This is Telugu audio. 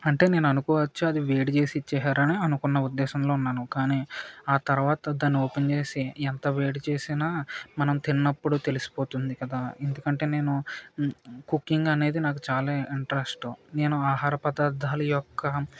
అంటే నేను అనుకోవచ్చు అది వేడి చేసి ఇచ్చేసారని అనుకున్న ఉద్దేశంలో ఉన్నాను కానీ ఆ తర్వాత తను ఓపెన్ చేసి ఎంత వేడి చేసిన మనం తిన్నప్పుడు తెలిసిపోతుంది కదా అంటే నేను కుకింగ్ అనేది నాకు చాలా ఇంట్రస్ట్ నేను ఆహార పదార్థాలు యొక్క